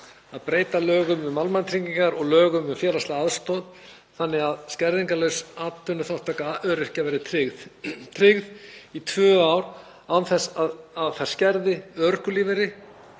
að breyta lögum um almannatryggingar og lögum um félagslega aðstoð þannig að skerðingarlaus atvinnuþátttaka öryrkja verði tryggð í tvö ár án þess að það skerði örorkulífeyri,